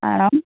ആണോ